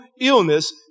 illness